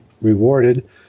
rewarded